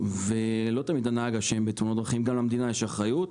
לא תמיד הנהג אשם בתאונות דרכים; גם למדינה יש אחריות.